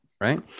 Right